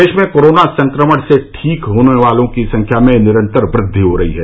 प्रदेश में कोरोना संक्रमण से ठीक होने वालों की संख्या में निरंतर वृद्वि हो रही है